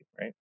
right